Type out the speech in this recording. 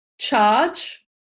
charge